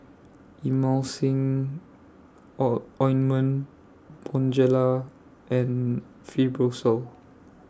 Emulsying O Ointment Bonjela and Fibrosol